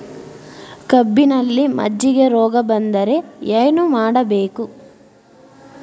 ಕಬ್ಬಿನಲ್ಲಿ ಮಜ್ಜಿಗೆ ರೋಗ ಬಂದರೆ ಏನು ಮಾಡಬೇಕು?